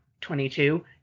22